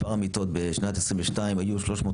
מספר המיטות בשנת 22,